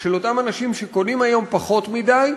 של אותם אנשים שקונים היום פחות מדי,